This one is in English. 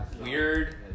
weird